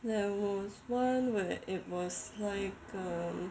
there was one where it was like uh